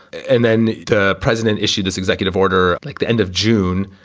and then the president issued his executive order like the end of june,